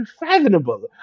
unfathomable